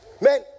man